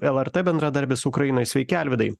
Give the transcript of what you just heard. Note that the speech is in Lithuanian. lrt bendradarbis ukrainoj sveiki alvydai